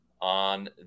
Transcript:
on